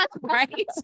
Right